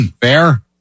Fair